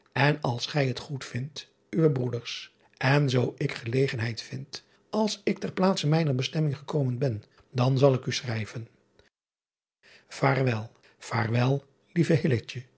en als gij het goedvindt uwe broêrs en zoo ik gelegenheid vind als ik ter plaatse mijner bestemming gekomen ben dan zal ik u schrijven aarwel vaarwel